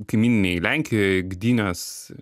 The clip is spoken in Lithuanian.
kaimyninėj lenkijoj gdynės